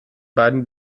beiden